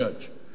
הוא שובת רעב.